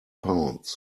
pounds